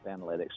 analytics